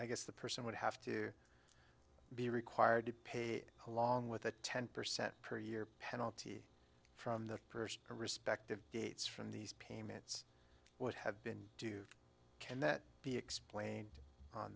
i guess the person would have to be required to pay it along with a ten percent per year penalty from the person respected gates from these payments what have been do can that be explained on